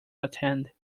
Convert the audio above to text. attend